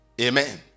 Amen